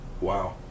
Wow